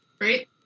right